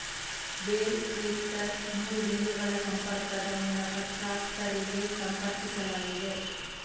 bale lifter ಮೂರು ಬಿಂದುಗಳ ಸಂಪರ್ಕದ ಮೂಲಕ ಟ್ರಾಕ್ಟರಿಗೆ ಸಂಪರ್ಕಿಸಲಾಗಿದೆ